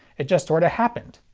it just sorta happened.